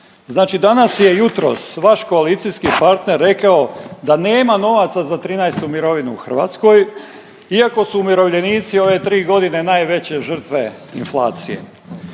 danas je, jutros vaš koalicijski partner rekao da nema novaca za 13. mirovinu u Hrvatskoj iako su umirovljenici u ove 3.g. najveće žrtve inflacije.